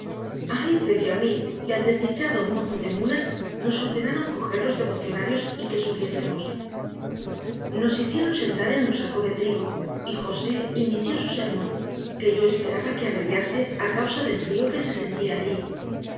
heathcliff y a mí y al desdichado mozo de mulas nos ordenaron coger los devocionarios y que subiésemos nos hicieron sentar en un saco de trigo y josé inició su sermón que yo esperaba que abreviase a causa del frío que se sentía allí